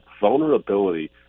vulnerability